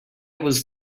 was